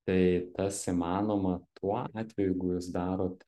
tai tas įmanoma tuo atveju jeigu jūs darot